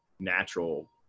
natural